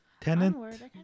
Tenant